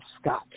Scott